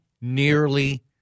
nearly